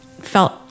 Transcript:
felt